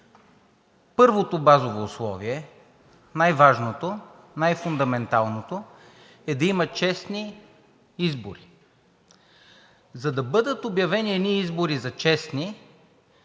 Първото базово условие, най-важното, най-фундаменталното, е да има честни избори. За да бъдат обявени едни избори за честни,